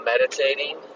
meditating